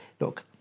Look